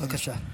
בבקשה.